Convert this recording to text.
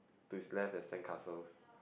to it's left at sandcastles